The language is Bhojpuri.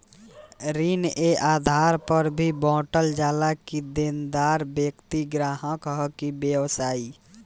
ऋण ए आधार पर भी बॉटल जाला कि देनदार व्यक्ति ग्राहक ह कि व्यवसायी